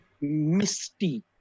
Misty